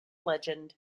legend